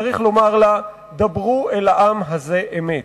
צריך לומר לה: דברו אל העם הזה אמת.